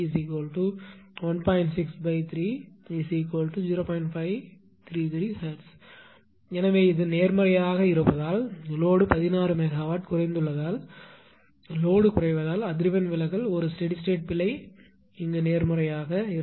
533 Hz எனவே இது நேர்மறையாக இருப்பதால் லோடு 16 மெகாவாட் குறைந்துள்ளதால் லோடு குறைவதால் அதிர்வெண் விலகல் ஒரு ஸ்டெடி ஸ்டேட் பிழை நேர்மறையாக இருக்கும்